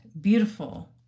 beautiful